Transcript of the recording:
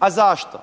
A zašto?